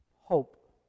Hope